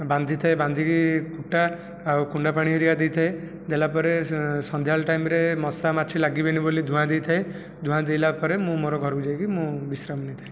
ବାନ୍ଧିଥାଏ ବାନ୍ଧିକି କୁଟା ଆଉ କୁଣ୍ଡା ପାଣି ହେରିକା ଦେଇଥାଏ ଦେଲା ପରେ ସନ୍ଧ୍ୟା ବେଳେ ଟାଇମ୍ରେ ମଶା ମାଛି ଲାଗିବେନାହିଁ ବୋଲି ଧୂଆଁ ଦେଇଥାଏ ଧୂଆଁ ଦେଲା ପରେ ମୁଁ ମୋର ଘରକୁ ଯାଇକି ମୁଁ ବିଶ୍ରାମ ନେଇଥାଏ